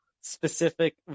specific